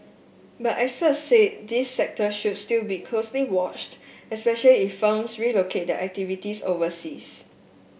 but experts said this sector should still be closely watched especially if firms relocate their activities overseas